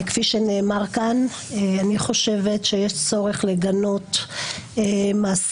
כפי שנאמר כאן, אני חושבת שיש צורך לגנות מעשים,